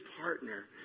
partner